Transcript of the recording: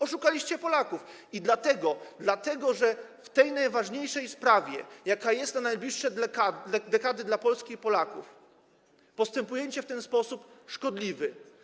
Oszukaliście Polaków, dlatego że w tej najważniejszej sprawie, jaka jest na najbliższe dekady dla Polski i Polaków, postępujecie w sposób szkodliwy.